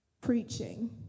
preaching